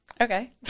Okay